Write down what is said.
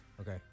Okay